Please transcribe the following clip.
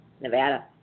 Nevada